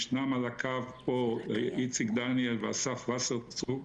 ישנם על הקו פה איציק דניאל, ואסף וסרצוג,